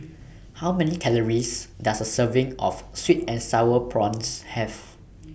How Many Calories Does A Serving of Sweet and Sour Prawns Have